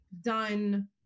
done